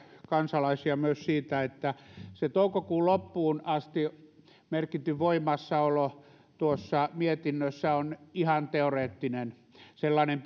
kansalaisia myös siitä että se toukokuun loppuun asti merkitty voimassaolo tuossa mietinnössä on ihan teoreettinen sellainen